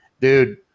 dude